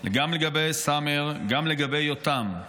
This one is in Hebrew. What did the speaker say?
גם לגבי סאמר, גם לגבי יותם.